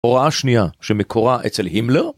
הוראה שנייה שמקורה אצל הימלר?